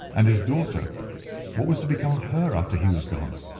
and his daughteraeur what was to become of her after he was gone?